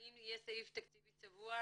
האם יהיה סעיף תקציבי צבוע,